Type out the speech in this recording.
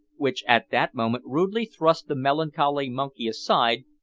which at that moment rudely thrust the melancholy monkey aside,